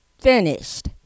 finished